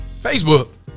Facebook